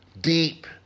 deep